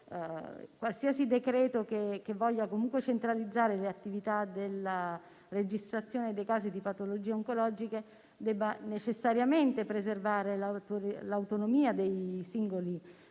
qualsiasi decreto che voglia comunque centralizzare le attività della registrazione dei casi di patologie oncologiche deve necessariamente preservare l'autonomia dei singoli registri,